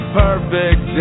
perfect